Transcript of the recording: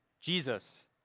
Jesus